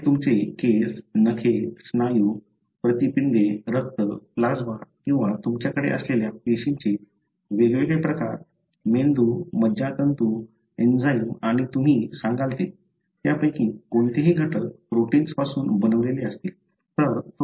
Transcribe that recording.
मग ते तुमचे केस नखे स्नायू प्रतिपिंडे रक्त प्लाझ्मा किंवा तुमच्याकडे असलेल्या पेशींचे वेगवेगळे प्रकार मेंदू मज्जातंतू एन्झाइम आणि तुम्ही सांगाल ते त्यापैकी कोणतेही घटक प्रोटिन्स पासून बनलेले असतील